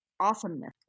awesomeness